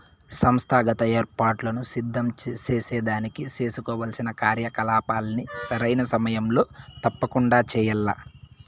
సంస్థాగత ఏర్పాట్లను సిద్ధం సేసేదానికి సేసుకోవాల్సిన కార్యకలాపాల్ని సరైన సమయంలో తప్పకండా చెయ్యాల్ల